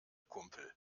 kumpel